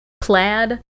plaid